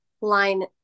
line